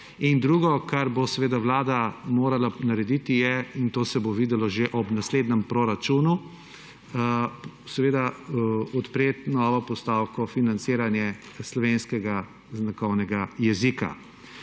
drugo, kar bo Vlada morala narediti, in to se bo videlo že ob naslednjem proračunu, seveda je, odpreti novo postavko financiranje slovenskega znakovnega jezika.